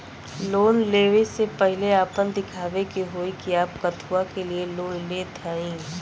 Loan ले वे से पहिले आपन दिखावे के होई कि आप कथुआ के लिए लोन लेत हईन?